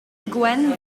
gwen